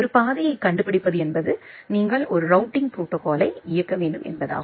ஒரு பாதையைக் கண்டுபிடிப்பது என்பது நீங்கள் ஒரு ரூட்டிங் ப்ரோடோகால்யை இயக்க வேண்டும் என்பதாகும்